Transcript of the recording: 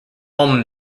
ulm